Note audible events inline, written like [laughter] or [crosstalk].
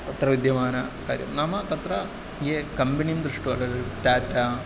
तत्र विद्यमानकार्यं नाम तत्र ये कम्पनीं दृष्ट्वा [unintelligible] टाटा